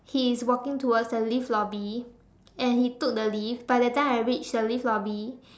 he is walking towards the lift lobby and he took the lift by the time I reach the lift lobby